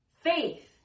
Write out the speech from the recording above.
Faith